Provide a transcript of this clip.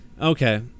Okay